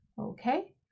Okay